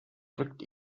rückt